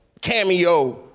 cameo